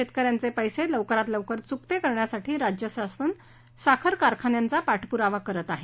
शेतक यांचे पैसे लवकरात लवकर चुकते करण्यासाठी राज्यशासन साखर कारखान्यांचा पाठपुरावा करत आहे